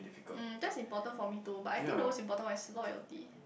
mm that's important for me too but I think the most important one is loyalty